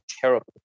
terrible